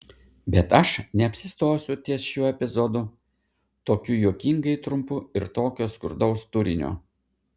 bet aš neapsistosiu ties šiuo epizodu tokiu juokingai trumpu ir tokio skurdaus turinio